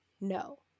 No